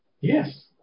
Yes